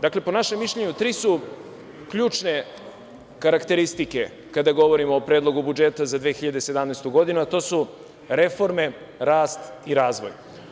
Dakle, po našem mišljenju, tri su ključne karakteristike kada govorimo o Predlogu budžeta za 2017. godinu, a to su reforme, rast i razvoj.